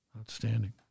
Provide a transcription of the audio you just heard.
Outstanding